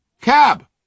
Cab